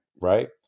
Right